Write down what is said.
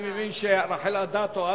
אני מבין שרחל אדטו,